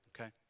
Okay